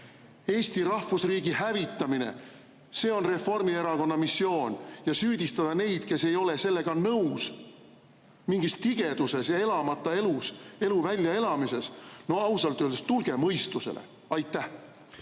Eesti rahvusriigi hävitamine – see on Reformierakonna missioon. Ja süüdistada neid, kes ei ole sellega nõus, mingis tigeduses ja elamata elu väljaelamises ... No ausalt öeldes, tulge mõistusele! Aitäh!